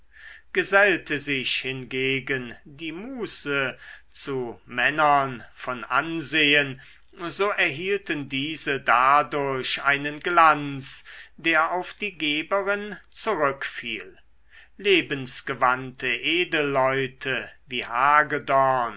gesellte sich hingegen die muse zu männern von ansehen so erhielten diese dadurch einen glanz der auf die geberin zurückfiel lebensgewandte edelleute wie hagedorn